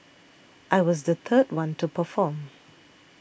I was the third one to perform